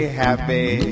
happy